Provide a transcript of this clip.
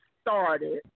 started